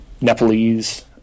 Nepalese